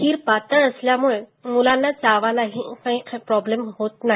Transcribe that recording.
खीर पातळ असल्यामुळे मुलांना चावायलाही काही प्रॉब्लेम होत नाही